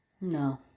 No